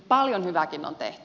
paljon hyvääkin on tehty